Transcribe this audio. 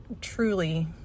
truly